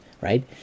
right